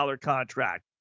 contract